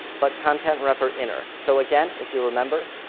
but content-wrapper-inner. so again, if you remember,